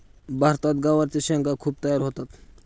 भारतात गवारच्या शेंगा खूप तयार होतात